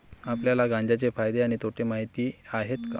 आपल्याला गांजा चे फायदे आणि तोटे माहित आहेत का?